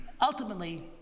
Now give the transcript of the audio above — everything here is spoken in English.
ultimately